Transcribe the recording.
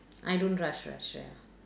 I don't rush rush ya